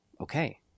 Okay